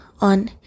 on